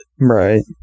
Right